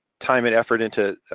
time and effort into